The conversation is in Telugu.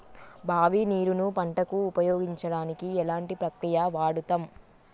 బావి నీరు ను పంట కు ఉపయోగించడానికి ఎలాంటి ప్రక్రియ వాడుతం?